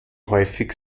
häufig